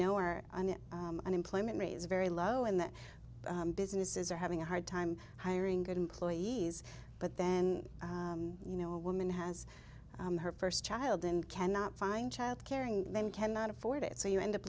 know our unemployment rate is very low and that businesses are having a hard time hiring good employees but then you know a woman has her first child and cannot find child caring then cannot afford it so you end up